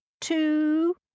two